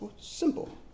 Simple